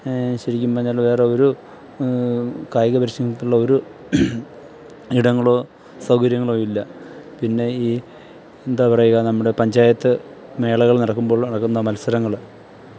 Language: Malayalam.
ശരിക്കും പറഞ്ഞാൽ വേറെ ഒരു കായിക പരിശീലനത്തിനുള്ള ഒരു ഇടങ്ങളോ സൗകര്യങ്ങളോ ഇല്ല പിന്നെ ഈ എന്താ പറയുക നമ്മുടെ പഞ്ചായത്തു മേളകൾ നടക്കുമ്പോൾ നടക്കുന്ന മത്സരങ്ങൾ